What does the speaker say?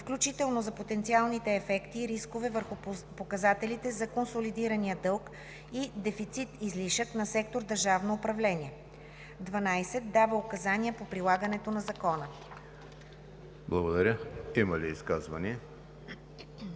включително за потенциалните ефекти и рискове върху показателите за консолидирания дълг и дефицит/излишък на сектор „Държавно управление“; 12. дава указания по прилагането на закона.“ ПРЕДСЕДАТЕЛ